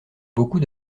beaucoup